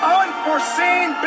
unforeseen